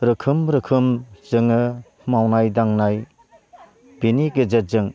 रोखोम रोखोम जोङो मावनाय दांनाय बिनि गेजेरजों